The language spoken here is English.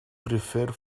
prefer